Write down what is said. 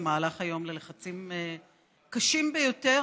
במהלך היום ללחצים קשים ביותר,